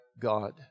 God